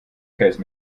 käse